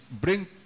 Bring